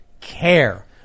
care